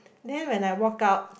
then when I walk out